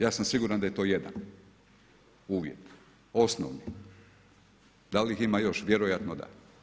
Ja sam siguran da je to jedan uvjet, osnovni, da li ih ima još, vjerojatno da.